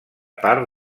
part